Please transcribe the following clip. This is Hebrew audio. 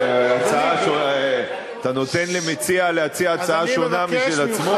אתה נותן למציע להציע הצעה שונה משל עצמו?